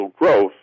growth